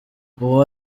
uwo